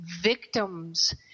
victims